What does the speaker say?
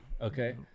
Okay